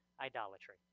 idolatry